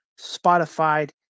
Spotify